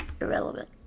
irrelevant